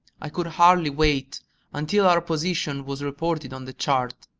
i could hardly wait until our position was reported on the chart.